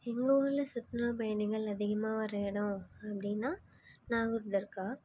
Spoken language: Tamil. எங்கள் ஊரில் சுற்றுலா பயணிகள் அதிகமாக வர இடம் அப்படின்னா நாகூர் தர்கா